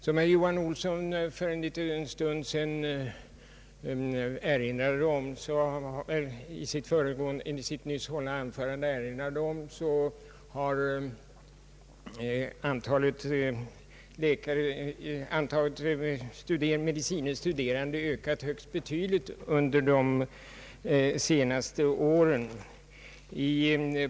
Som herr Johan Olsson i sitt anförande nyss erinrade om har antalet medicine studerande ökats högst betydligt under de senaste åren.